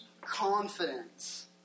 confidence